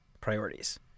priorities